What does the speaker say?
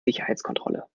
sicherheitskontrolle